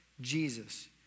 Jesus